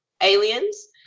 Aliens